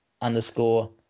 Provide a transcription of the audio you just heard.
underscore